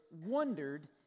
wondered